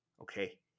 okay